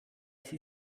sie